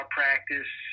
practice